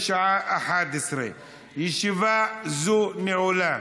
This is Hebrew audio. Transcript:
בשעה 11:00. ישיבה זו נעולה.